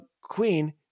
queen